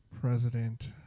president